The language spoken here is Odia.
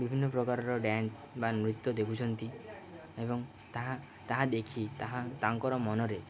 ବିଭିନ୍ନ ପ୍ରକାରର ଡ଼୍ୟାନ୍ସ ବା ନୃତ୍ୟ ଦେଖୁଛନ୍ତି ଏବଂ ତାହା ତାହା ଦେଖି ତାହା ତାଙ୍କର ମନରେ